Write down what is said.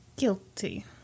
Guilty